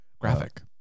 graphic